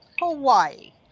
Hawaii